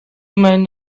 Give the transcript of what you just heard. men